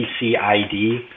PCID